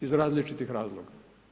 Iz različitih razloga.